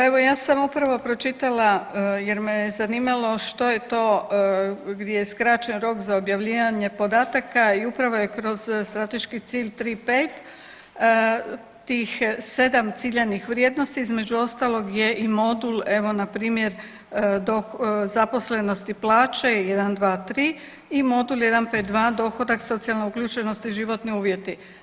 Pa evo ja sam upravo pročitala jer me je zanimalo što je to gdje je skraćen rok za objavljivanje podataka i upravo je kroz strateški cilj 3.5 tih 7 ciljanih vrijednosti, između ostalih je i modul evo npr. …/nerazumljivo/… zaposlenosti plaće 1.2.3 i modul 1.5.2 dohodak socijalna uključenost i životni uvjeti.